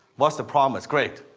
what's the promise? great.